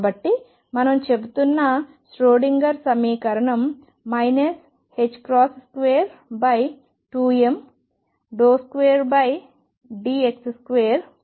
కాబట్టి మనం చెబుతున్న ష్రోడింగర్ సమీకరణం 22md2dx2VψEψ